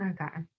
okay